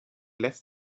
less